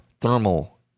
Thermal